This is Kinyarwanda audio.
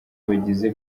bagize